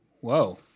Whoa